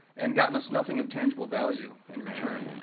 and gotten us nothing of tangible value in return,